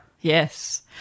Yes